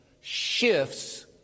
shifts